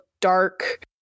dark